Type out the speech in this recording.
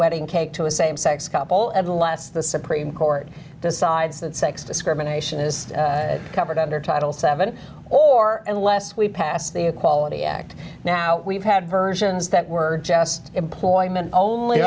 wedding cake to a same sex couple and unless the supreme court decides that sex discrimination is covered under title seven or unless we pass the equality act now we've had versions that were just employment only